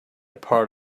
part